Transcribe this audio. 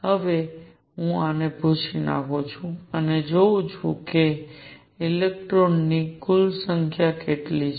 હવે હું આને ભૂંસી નાખું છું અને જોઉં છું કે ઇલેક્ટ્રોનની કુલ સંખ્યા કેટલી છે